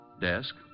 Desk